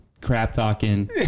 crap-talking